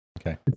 Okay